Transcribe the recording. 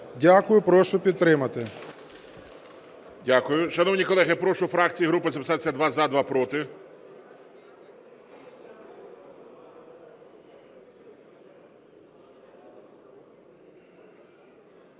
Дякую. Прошу підтримати.